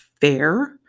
Fair